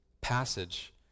passage